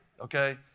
okay